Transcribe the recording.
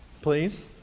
please